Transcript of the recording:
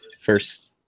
first